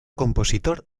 compositor